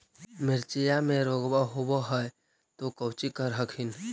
मिर्चया मे रोग्बा होब है तो कौची कर हखिन?